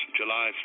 july